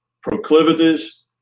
proclivities